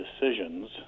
decisions